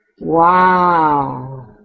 Wow